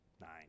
nine